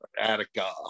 Attica